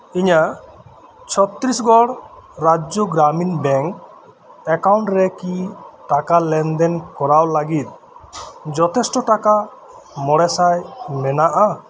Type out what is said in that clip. ᱤᱧᱟᱹᱜ ᱪᱷᱚᱛᱛᱨᱤᱥᱜᱚᱲ ᱨᱟᱡᱽᱡᱚ ᱜᱨᱟᱢᱤᱱ ᱵᱮᱝᱠ ᱮᱠᱟᱣᱩᱱᱴ ᱨᱮᱠᱤ ᱴᱟᱠᱟ ᱞᱮᱱᱫᱮᱱ ᱠᱚᱨᱟᱣ ᱞᱟᱹᱜᱤᱫ ᱡᱚᱛᱷᱮᱥᱴᱚ ᱴᱟᱠᱟ ᱢᱚᱬᱮ ᱥᱟᱭ ᱢᱮᱱᱟᱜᱼᱟ